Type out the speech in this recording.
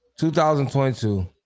2022